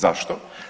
Zašto?